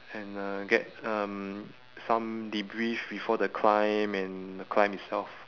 and uh get um some debrief before the climb and the climb itself